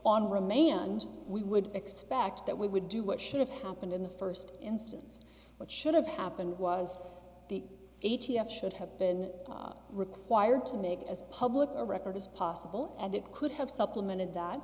on remand we would expect that we would do what should have happened in the first instance what should have happened was the a t f should have been required to make as public a record as possible and it could have supplemented that